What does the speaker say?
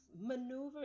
maneuver